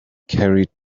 carried